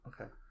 okay